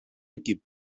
equip